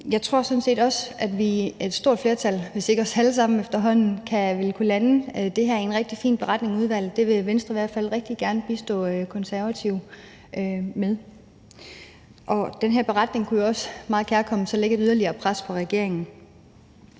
Jeg tror sådan set også, at et stort flertal, hvis ikke os alle sammen efterhånden, vil kunne lande det her i en rigtig fin beretning i udvalget. Det vil Venstre i hvert fald rigtig gerne bistå Konservative med. Den her beretning kunne jo også lægge et kærkomment yderligere pres på regeringen.